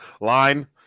Line